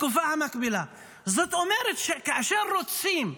זאת אומרת, כאשר רוצים,